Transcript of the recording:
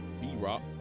b-rock